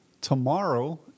Tomorrow